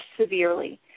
severely